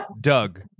Doug